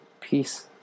Peace